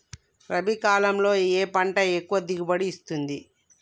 రబీ కాలంలో ఏ పంట ఎక్కువ దిగుబడి ఇస్తుంది?